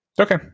okay